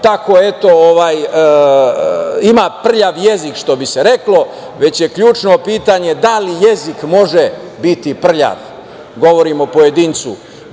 tako, eto, ima prljav jezik, što bi se reklo, već je ključno pitanje da li jezik može biti prljav, govorim o pojedincu,